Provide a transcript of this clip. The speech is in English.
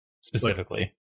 specifically